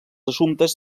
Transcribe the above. assumptes